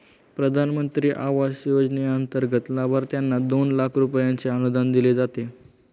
प्रधानमंत्री आवास योजनेंतर्गत लाभार्थ्यांना दोन लाख रुपयांचे अनुदान दिले जाते